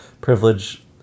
privilege